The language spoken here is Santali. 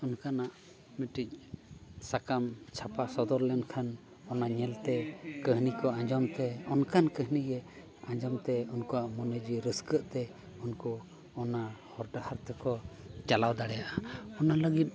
ᱚᱱᱠᱟᱱᱟᱜ ᱢᱤᱫᱴᱤᱡ ᱥᱟᱠᱟᱢ ᱪᱷᱟᱯᱟ ᱥᱚᱫᱚᱨ ᱞᱮᱱᱠᱷᱟᱱ ᱚᱱᱟ ᱧᱮᱞ ᱛᱮ ᱠᱟᱹᱦᱱᱤ ᱠᱚ ᱟᱸᱡᱚᱢ ᱛᱮ ᱚᱱᱠᱟᱱ ᱠᱟᱹᱦᱱᱤ ᱜᱮ ᱟᱸᱡᱚᱢ ᱛᱮ ᱩᱱᱠᱩᱣᱟᱜ ᱢᱚᱱᱮ ᱡᱤᱣᱤ ᱨᱟᱹᱥᱠᱟᱹ ᱛᱮ ᱩᱱᱠᱩ ᱚᱱᱟ ᱦᱚᱨ ᱰᱟᱦᱟᱨ ᱛᱮᱠᱚ ᱪᱟᱞᱟᱣ ᱫᱟᱲᱮᱭᱟᱜᱼᱟ ᱚᱱᱟ ᱞᱟᱹᱜᱤᱫ